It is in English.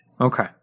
Okay